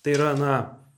tai yra na